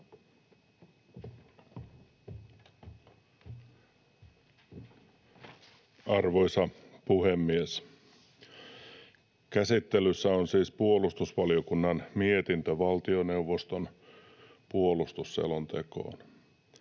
Arvoisa puhemies! Käsittelyssä on siis puolustusvaliokunnan mietintö valtioneuvoston puolustusselontekoon.